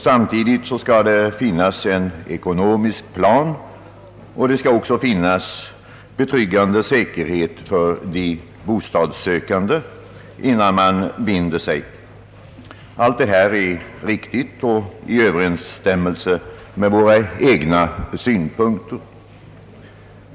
Samtidigt skall det finnas en ekonomisk plan, och det skall finnas betryggande säkerhet för de bostadssökande, innan man bestämmer sig. Allt det här är riktigt och i överensstämmelse med våra egna synpunkter.